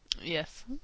Yes